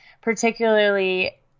particularly